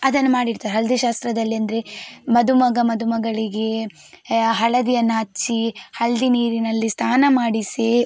ಅದನ್ನು ಮಾಡಿರ್ತಾರೆ ಹಳದಿ ಶಾಸ್ತ್ರದಲ್ಲಿ ಅಂದರೆ ಮದುಮಗ ಮದುಮಗಳಿಗೆ ಹಳದಿಯನ್ನು ಹಚ್ಚಿ ಹಳದಿ ನೀರಿನಲ್ಲಿ ಸ್ನಾನ ಮಾಡಿಸಿ